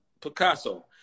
Picasso